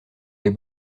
des